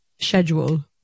schedule